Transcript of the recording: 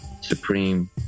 Supreme